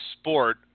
sport